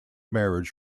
marriage